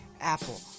Apple